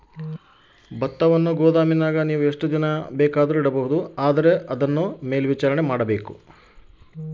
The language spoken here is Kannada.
ಭತ್ತವನ್ನು ಎಷ್ಟು ದಿನ ಗೋದಾಮಿನಾಗ ಇಡಬಹುದು?